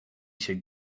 should